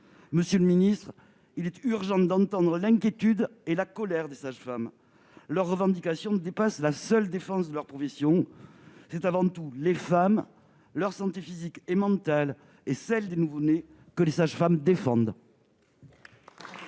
Monsieur le ministre, il est urgent d'entendre l'inquiétude et la colère des sages-femmes. Leurs revendications dépassent la seule défense de leur profession : c'est avant tout les femmes, leur santé physique et mentale et celle des nouveau-nés que les sages-femmes défendent.